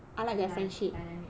the dy~ dynamic lah